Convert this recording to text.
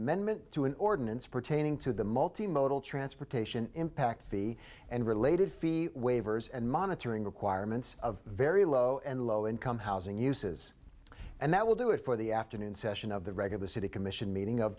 amendment to an ordinance pertaining to the multi modal transportation impact fee and related fee waivers and monitoring requirements of very low and low income housing uses and that will do it for the afternoon session of the regular city commission meeting of